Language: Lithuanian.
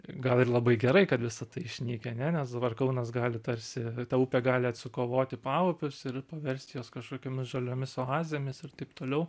gal ir labai gerai kad visa tai išnykę ane nes dabar kaunas gali tarsi ta upė gali atsikovoti paupius ir paverst juos kažkokiomis žaliomis oazėmis ir taip toliau